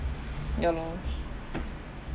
ya lor